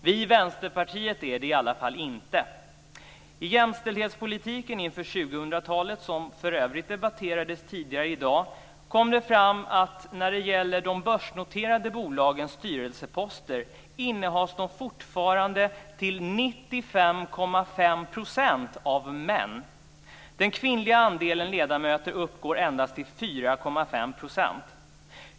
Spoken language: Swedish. Vi i Vänsterpartiet är det i alla fall inte. I Jämställdhetspolitiken inför 2000-talet, som för övrigt debatterades tidigare i dag, kom det fram att de börsnoterade bolagens styrelseposter fortfarande till 95,5 % innehas av män. Den kvinnliga andelen ledamöter uppgår endast till 4,5 %.